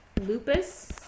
lupus